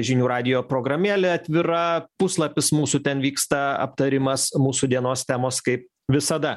žinių radijo programėlė atvira puslapis mūsų ten vyksta aptarimas mūsų dienos temos kaip visada